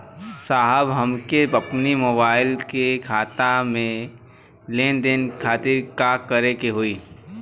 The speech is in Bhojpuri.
साहब हमके अपने मोबाइल से खाता के लेनदेन करे खातिर का करे के होई?